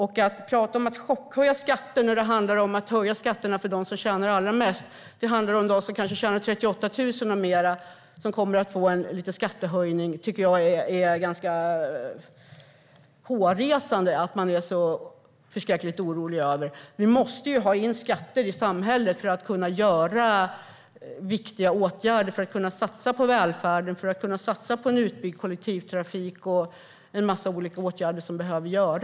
Chockhöjningen av skatterna handlar om dem som tjänar 38 000 och mer. De får en liten skattehöjning. Det är hårresande att man är så förskräckligt orolig för dem. Vi måste få in skatter i samhället för att vidta viktiga åtgärder, satsa på välfärden, satsa på utbyggd kollektivtrafik och andra åtgärder.